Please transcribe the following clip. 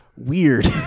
Weird